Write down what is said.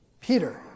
peter